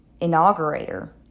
inaugurator